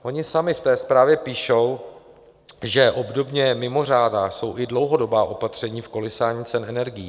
Oni sami v té zprávě píšou, že obdobně mimořádná jsou i dlouhodobá opatření v kolísání cen energií.